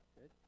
Good